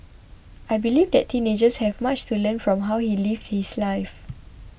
I believe that teenagers have much to learn from how he lived his life